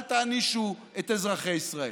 אל תענישו את אזרחי ישראל.